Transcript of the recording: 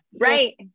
right